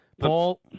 Paul